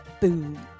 Boom